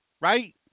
right